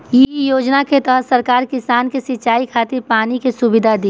इ योजना के तहत सरकार किसान के सिंचाई खातिर पानी के सुविधा दी